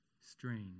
strange